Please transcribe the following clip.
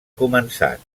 començat